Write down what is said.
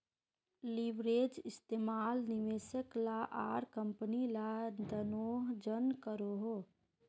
leverage इस्तेमाल निवेशक ला आर कम्पनी ला दनोह जन करोहो